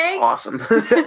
Awesome